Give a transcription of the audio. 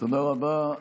תודה רבה.